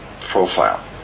profile